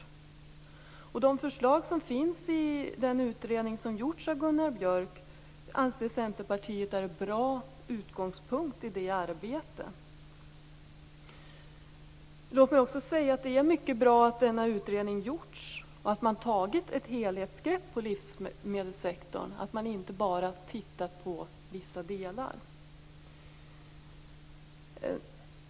Centerpartiet anser att de förslag som finns i den utredning som gjorts av Gunnar Björk är bra utgångspunkter i det arbetet. Låt mig också säga att det är mycket bra att den här utredningen har gjorts och att man har tagit ett helhetsgrepp på livsmedelssektorn och inte bara tittat på vissa delar.